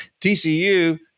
TCU